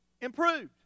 improved